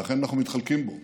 ואכן אנחנו מתחלקים בו,